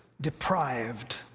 deprived